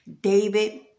David